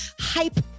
hype